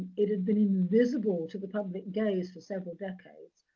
it had been invisible to the public gaze for several decades,